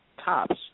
tops